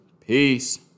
Peace